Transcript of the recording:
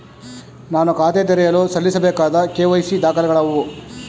ನಾನು ಖಾತೆ ತೆರೆಯಲು ಸಲ್ಲಿಸಬೇಕಾದ ಕೆ.ವೈ.ಸಿ ದಾಖಲೆಗಳಾವವು?